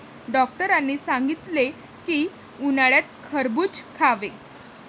डॉक्टरांनी सांगितले की, उन्हाळ्यात खरबूज खावे